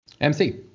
MC